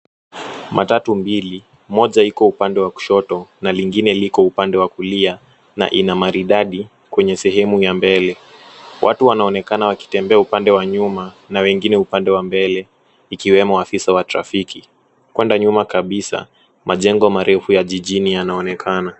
Matatu mbili, moja iko upande wa kushoto na lingine liko upande wa kulia na ina maridadi kwenye sehemu ya mbele. Watu wanaonekana wakitembea upande wa nyuma na wengine upande wa mbele ikiwemo afisa wa trafiki. Kwenda nyuma kabisa, majengo marefu ya jijini yanaonekana.